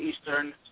Eastern